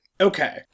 Okay